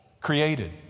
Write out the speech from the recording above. Created